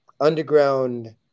underground